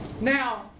Now